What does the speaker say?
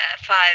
five